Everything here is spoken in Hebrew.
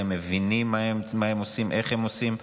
הם מבינים מה הם עושים, איך הם עושים.